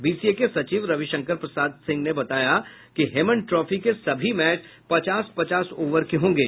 BCA के सचिव रविशंकर प्रसाद सिंह ने बताया कि हेमन ट्रॉफी के सभी मैच पचास पचास ओवर के होंगे